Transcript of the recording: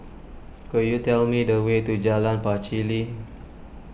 could you tell me the way to Jalan Pacheli